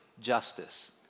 justice